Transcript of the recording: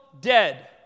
dead